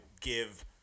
give